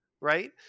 right